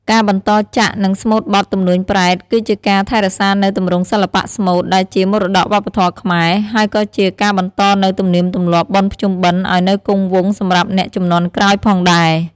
ការបន្តចាក់ និងស្មូតបទ ទំនួញប្រេត គឺជាការ ថែរក្សានូវទម្រង់សិល្បៈស្មូត ដែលជាមរតកវប្បធម៌ខ្មែរ ហើយក៏ជាការបន្តនូវទំនៀមទម្លាប់បុណ្យភ្ជុំបិណ្ឌឲ្យនៅគង់វង្សសម្រាប់អ្នកជំនាន់ក្រោយផងដែរ។